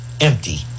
empty